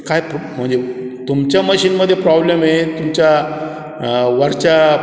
काय फ म्हणजे तुमच्या मशीनमध्ये प्रॉब्लेम आहे तुमच्या वरच्या